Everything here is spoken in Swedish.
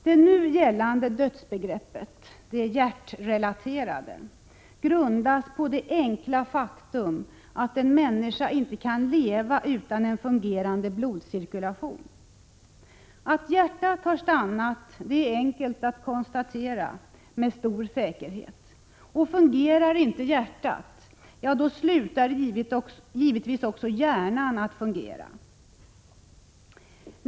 Det nu gällande dödsbegreppet, det hjärtrelaterade, grundas på det enkla faktum att en människa inte kan leva utan en fungerande blodcirkulation. Att hjärtat har stannat är enkelt att konstatera med stor säkerhet. Fungerar inte hjärtat slutar givetvis också hjärnan att fungera.